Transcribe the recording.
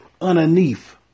underneath